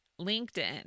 LinkedIn